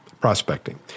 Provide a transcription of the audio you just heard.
Prospecting